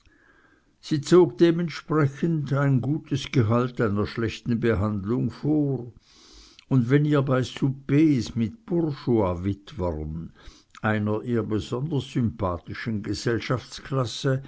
sie zog dementsprechend ein gutes gehalt einer schlechten behandlung vor und wenn ihr bei soupers mit bourgeoiswitwern einer ihr besonders sympathischen